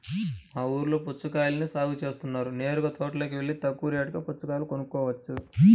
మా ఊల్లో పుచ్చకాయల్ని సాగు జేత్తన్నారు నేరుగా తోటలోకెల్లి తక్కువ రేటుకే పుచ్చకాయలు కొనుక్కోవచ్చు